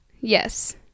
Yes